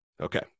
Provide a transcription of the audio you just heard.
Okay